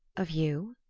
of you?